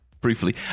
briefly